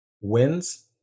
wins